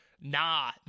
Nah